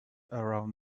around